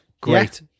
Great